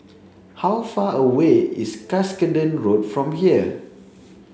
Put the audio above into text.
how far away is Cuscaden Road from here